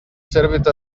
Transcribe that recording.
service